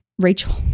Rachel